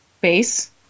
base